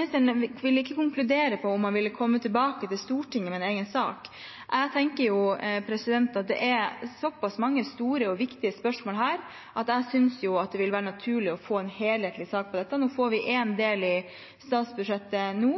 ikke konkludere på om han ville komme tilbake til Stortinget med en egen sak. Jeg tenker at det er såpass mange store og viktige spørsmål her at jeg synes det vil være naturlig å få en helhetlig sak på dette. Nå får vi én del i statsbudsjettet nå,